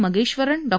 Mageshwaran Dr